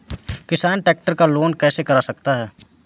किसान ट्रैक्टर का लोन कैसे करा सकता है?